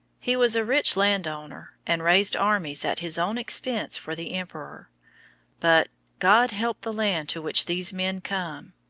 he was a rich landowner, and raised armies at his own expense for the emperor but god help the land to which these men come!